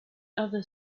other